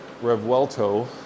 Revuelto